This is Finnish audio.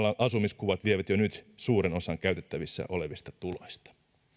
asumiskulut vievät jo nyt suuren osan käytettävissä olevista tuloista